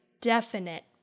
definite